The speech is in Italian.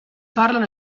parlano